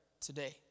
today